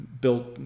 built